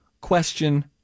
question